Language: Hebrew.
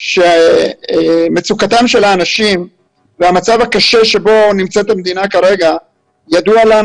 הוא שמצוקתם של האנשים והמצב הקשה בו נמצאת המדינה כרגע ידוע לנו